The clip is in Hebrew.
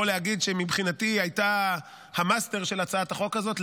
להגיד שמבחינתי הייתה המאסטר של הצעת החוק הזאת,